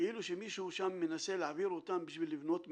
כאילו שמישהו שם מנסה להעביר אותן בשביל לבנות מסגד.